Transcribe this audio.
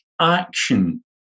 action